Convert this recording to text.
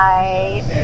Right